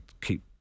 keep